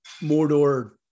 Mordor